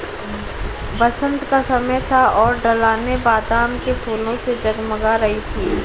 बसंत का समय था और ढलानें बादाम के फूलों से जगमगा रही थीं